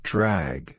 Drag